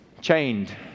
Chained